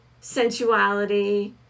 sensuality